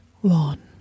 one